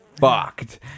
fucked